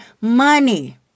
money